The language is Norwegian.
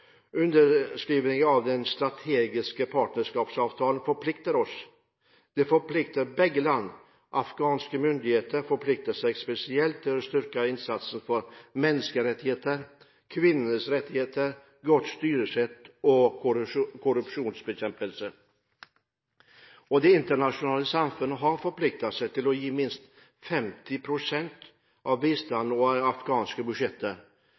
Underskrivingen av den strategiske partnerskapsavtalen forplikter oss. Det forplikter begge land. Afghanske myndigheter forplikter seg spesielt til å styrke innsatsen for menneskerettigheter, kvinners rettigheter, godt styresett og korrupsjonsbekjempelse. Det internasjonale samfunnet har forpliktet seg til å gi minst 50 pst. av bistanden over afghanske